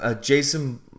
Jason